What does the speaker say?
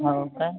हो का